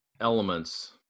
elements